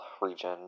region